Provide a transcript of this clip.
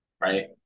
Right